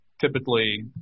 typically